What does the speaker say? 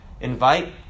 Invite